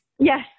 Yes